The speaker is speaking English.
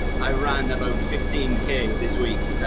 i run about fifteen k this week,